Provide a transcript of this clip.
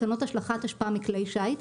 תקנות השלכת אשפה מכלי שיט,